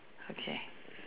okay